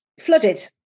flooded